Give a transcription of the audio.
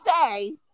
say